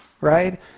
right